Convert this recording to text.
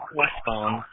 westbound